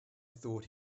thought